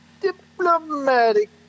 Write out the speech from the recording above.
diplomatic